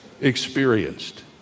experienced